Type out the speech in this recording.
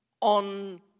on